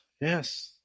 Yes